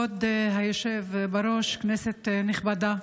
כבוד היושב בראש, כנסת נכבדה,